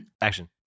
Action